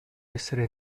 essere